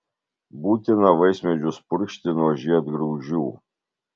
būtina vaismedžius purkšti nuo žiedgraužių